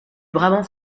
brabant